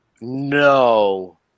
No